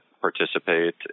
participate